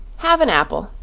have an apple,